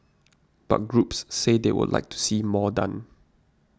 but groups say they would like to see more done